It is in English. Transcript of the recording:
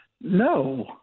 No